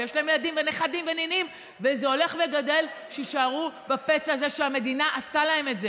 עם הפצע הזה שהמדינה עשתה להן,